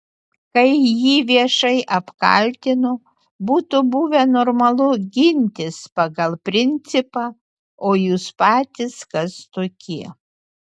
kai jį viešai apkaltino būtų buvę normalu gintis pagal principą o jūs patys kas tokie